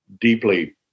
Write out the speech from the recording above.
deeply